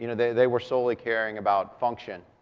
you know they they were solely caring about function,